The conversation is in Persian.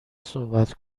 صحبت